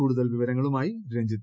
കൂടുതൽ വിവരങ്ങളുമായി രഞ്ജിത്